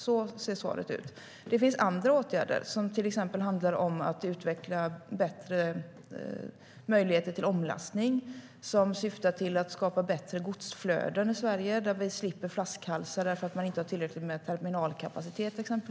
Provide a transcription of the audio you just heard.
Det är svaret. Det finns andra åtgärder som bland annat handlar om att utveckla bättre möjligheter till omlastning som syftar till att skapa bättre godsflöden i Sverige, så att vi slipper flaskhalsar därför att man inte har tillräckligt med terminalkapacitet.